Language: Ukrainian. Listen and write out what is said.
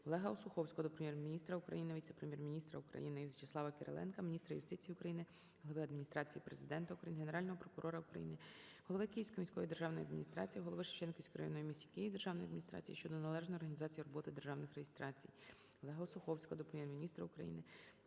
ОлегаОсуховського до Прем'єр-міністра України, Віце-прем'єр-міністра України В'ячеслава Кириленка, Міністра юстиції України, Глави Адміністрації Президента України, Генерального прокурора України, голови Київської міської державної адміністрації, голови Шевченківської районної в місті Києві державної адміністрації щодо належної організації роботи державних реєстрацій. ОлегаОсуховського до Прем'єр-міністра України,